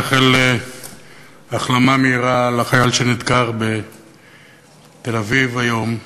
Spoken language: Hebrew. לאחל החלמה מהירה לחייל שנדקר בתל-אביב היום.